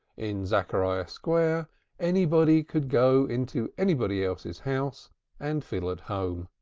in zachariah square anybody could go into anybody else's house and feel at home.